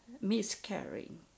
miscarrying